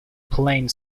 plane